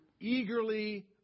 eagerly